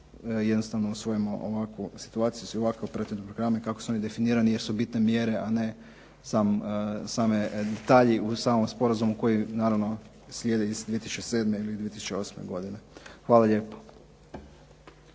jednostavno usvojimo ovakvu situaciju i ovakve operativne programe kakvi su oni definirani jer su bitne mjere, a ne detalji u samom sporazumu koji naravno slijedi iz 2007. ili 2008. godine. Hvala lijepo.